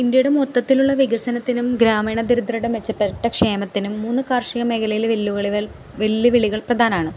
ഇന്ത്യയുടെ മൊത്തത്തിലുള്ള വികസനത്തിനും ഗ്രാമീണ ദരിദ്രരുടെ മെച്ചപ്പെട്ട ക്ഷേമത്തിനും മൂന്ന് കാർഷിക മേഖലയിലെ വെല്ലുവിളികൾ വെല്ലുവിളികൾ പ്രധാനമാണ്